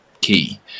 key